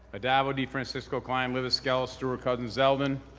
addabbo, defrancisco, klein, libous, skelos, stewart-cousins, zeldin.